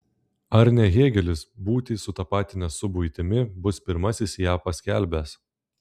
ar ne hėgelis būtį sutapatinęs su buitimi bus pirmasis ją paskelbęs